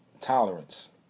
tolerance